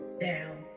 down